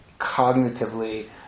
cognitively